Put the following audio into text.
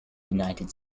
united